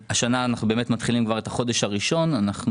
2021. השנה אנחנו מתחילים את החודש הראשון בתקציב המשכי,